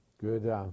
Good